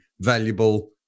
valuable